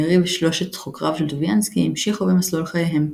בארי ושלושת חוקריו של טוביאנסקי המשיכו במסלול חייהם.